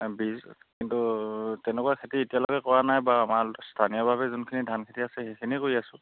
বীজ কিন্তু তেনেকুৱা খেতি এতিয়ালৈকে কৰা নাই বা আমাৰ স্থানীয় বাবে যোনখিনি ধান খেতি আছে সেইখিনি কৰি আছোঁ